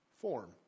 form